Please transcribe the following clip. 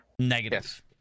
negative